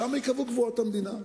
שם ייקבעו גבולות המדינה.